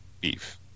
beef